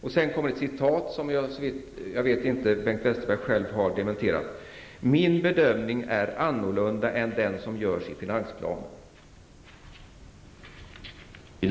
I artikeln finns ett citat, som såvitt jag vet Bengt Westerberg inte har dementerat, där det framgår att hans bedömning är annorlunda än den som görs i finansplanen.